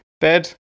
bed